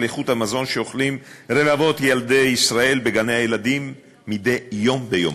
איכות המזון שאוכלים רבבות ילדי ישראל בגני-הילדים מדי יום ביומו.